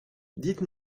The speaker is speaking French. dites